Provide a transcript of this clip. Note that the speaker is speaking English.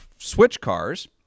SwitchCars